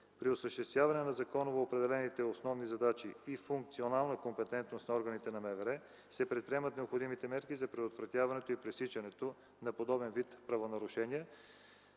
При осъществяване на законово определените основни задачи и функционална компетентност на органите на МВР се предприемат необходимите мерки за предотвратяване и пресичане на подобен вид правонарушения,